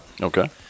Okay